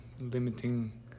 limiting